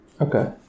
Okay